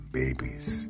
babies